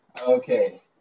Okay